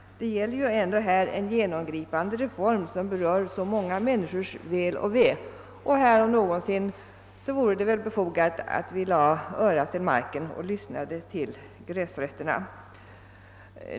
Det gäller ju en genomgripande reform som berör många människors väl och ve, och här om någonsin vore det väl befogat att vi lade örat till marken och lyssnade till gräsrötterna.